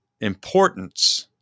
importance